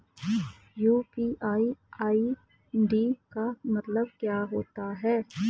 UPI ID का मतलब क्या होता है?